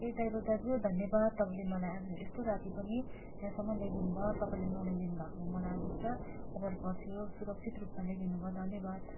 ए driver दाजु धन्यवाद तपाईँले मलाई आज यस्तो राती पनि यहाँसम्म ल्याइदिनुभयो तपाईँले नल्याइदिनु भएको भए मलाई आज पुरा अभर पर्थ्यो सुरक्षित रूपमा ल्याइदिनुभयो धन्यवाद